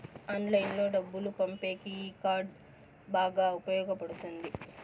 ఆన్లైన్లో డబ్బులు పంపేకి ఈ కార్డ్ బాగా ఉపయోగపడుతుంది